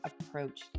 approach